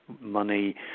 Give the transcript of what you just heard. money